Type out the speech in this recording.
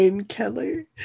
Kelly